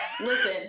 Listen